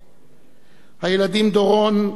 הילדים דורון, דודי ודנה,